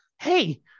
Hey